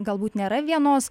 galbūt nėra vienos